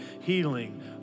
Healing